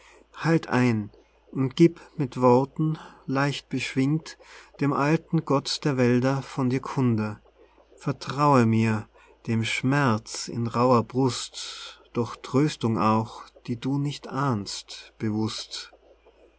halt ein und gieb mit worten leicht beschwingt dem alten gott der wälder von dir kunde vertraue mir dem schmerz in rauher brust doch tröstung auch die du nicht ahnst bewußt